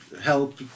help